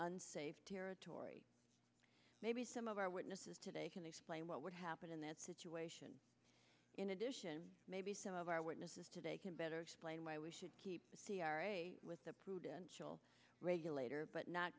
unsafe territory maybe some of our witnesses today can explain what would happen in that situation in addition maybe some of our witnesses today can better explain why we should keep with the prudential regulator but not